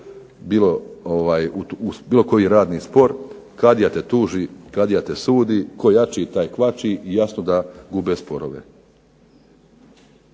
bilo koji radni spor "Kadija te tuži, Kadija te sudi", "Tko jači taj kvači" i jasno da gube sporove.